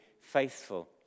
faithful